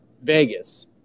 Vegas